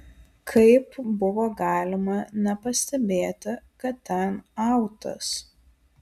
kaip buvo galima nepastebėti kad ten autas